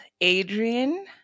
Adrian